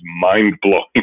mind-blowing